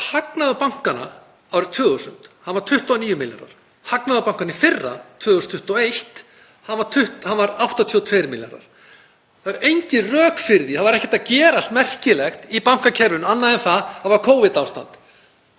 Hagnaður bankanna árið 2000 var 29 milljarðar. Hagnaður bankanna í fyrra, 2021, 82 milljarðar. Það eru engin rök fyrir því. Það var ekkert að gerast merkilegt í bankakerfinu, annað en að það var Covid-ástand.